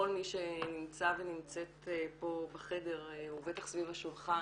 כל מי שנמצא ונמצאת פה בחדר ובטח סביב השולחן,